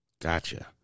Gotcha